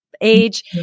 age